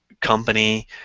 company